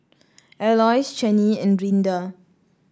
Aloys Chanie and Rinda